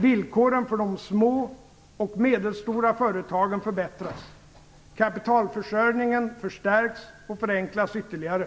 Villkoren för de små och medelstora företagen förbättras. Kapitalförsörjningen förstärks och förenklas ytterligare.